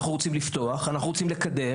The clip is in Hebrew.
אנחנו רוצים לפתוח, אנחנו רוצים לקדם.